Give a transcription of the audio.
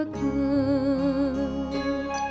good